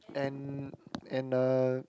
and and uh